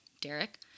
Derek